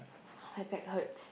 now my back hurts